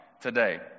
today